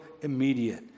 immediate